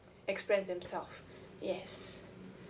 express themselves yes